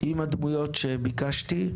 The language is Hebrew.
עם הדמויות שביקשתי.